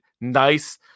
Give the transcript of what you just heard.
nice